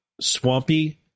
swampy